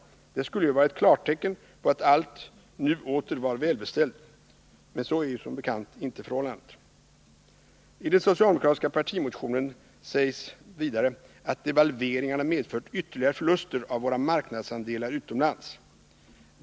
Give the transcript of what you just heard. Det skulle ju vara ett klartecken på att allt nu åter var välbeställt. Men så är som bekant inte förhållandet. I den socialdemokratiska partimotionen sägs det vidare att devalveringarna har medfört ytterligare förluster av våra marknadsandelar utomlands.